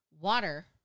water